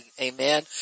Amen